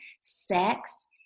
sex